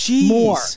more